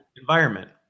environment